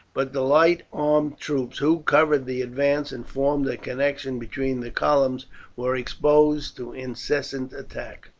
but the light armed troops who covered the advance and formed a connection between the columns were exposed to incessant attack.